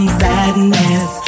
sadness